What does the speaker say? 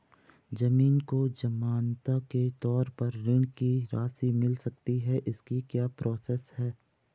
ज़मीन को ज़मानत के तौर पर ऋण की राशि मिल सकती है इसकी क्या प्रोसेस है?